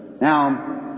Now